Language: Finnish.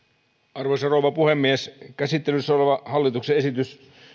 arvoisa rouva puhemies käsittelyssä oleva hallituksen esitys